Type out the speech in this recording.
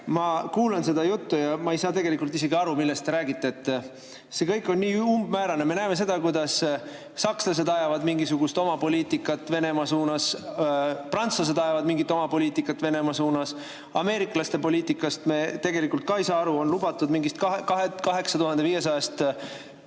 Ma kuulan seda juttu ja ma ei saa tegelikult isegi aru, millest te räägite. See kõik on nii umbmäärane. Me näeme seda, kuidas sakslased ajavad mingisugust oma poliitikat Venemaa suunas, prantslased ajavad mingit oma poliitikat Venemaa suunas. Ameeriklaste poliitikast me tegelikult ka ei saa aru. On lubatud mingit 8500 sõdurit